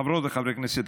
חברות וחברי הכנסת,